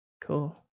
cool